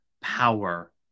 power